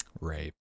Right